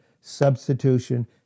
substitution